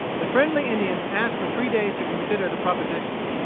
the friendly indians asked for three days to consider the proposition.